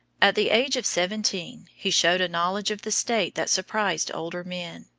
at the age of seventeen he showed a knowledge of the state that surprised older men.